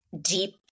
deep